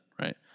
right